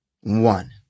one